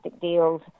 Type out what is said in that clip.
deals